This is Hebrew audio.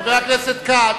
חבר הכנסת כץ,